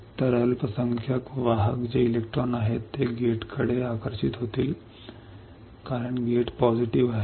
तर अल्पसंख्यक वाहक जे इलेक्ट्रॉन आहेत ते गेटकडे आकर्षित होतील कारण गेट सकारात्मक आहे